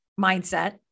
mindset